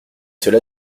cela